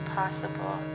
possible